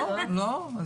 לא, לא.